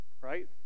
right